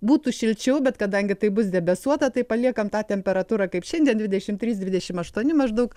būtų šilčiau bet kadangi tai bus debesuota tai paliekam tą temperatūrą kaip šiandien dvidešim trys dvidešim aštuoni maždaug